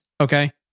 Okay